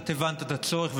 את הבנת את הצורך,